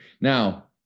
Now